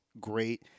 great